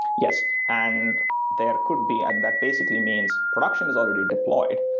yes. and there could be and that basically means production is already deployed.